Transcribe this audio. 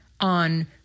on